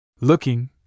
Looking